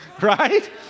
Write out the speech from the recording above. right